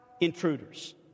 intruders